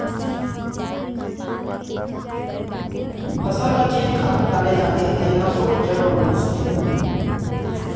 फसल ल जेन खातू डाले जाथे तेन ह सोझ जड़ म पहुंचथे